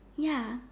ya